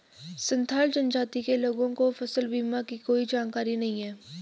संथाल जनजाति के लोगों को फसल बीमा की कोई जानकारी नहीं है